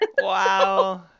Wow